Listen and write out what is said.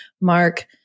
Mark